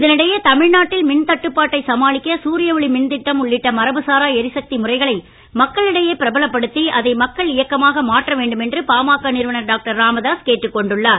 இதனிடையே தமிழ்நாட்டில் மின்தட்டுப்பாட்டை சமாளிக்க சூரிய ஒளி மின்திட்டம் உள்ளிட்ட மரபுசாரா எரிசக்தி முறைகளை மக்களிடையே பிரபலப்படுத்தி அதை மக்கள் இயக்கமாக மாற்ற வேண்டும் என்று பாமக நிறுவனர் டாக்டர் ராமதாஸ் கேட்டுக்கொண்டுள்ளார்